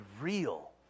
real